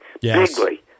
bigly